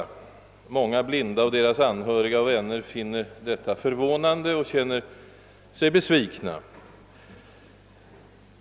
Många blinda och deras anhöriga och vänner finner detta förvånande och känner sig besvikna.